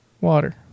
Water